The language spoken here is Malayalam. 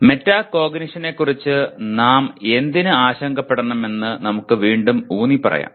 മെറ്റാകോഗ്നിഷനെക്കുറിച്ച് നാം എന്തിന് ആശങ്കപ്പെടണമെന്ന് നമുക്ക് വീണ്ടും ഊന്നിപ്പറയാം